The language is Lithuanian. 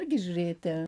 irgi žiūrėti